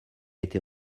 été